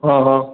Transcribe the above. હંહં